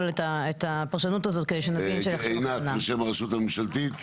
את הפרשנות הזאת כדי שנבין --- עינת בשם הרשות הממשלתית.